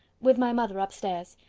with my mother up stairs.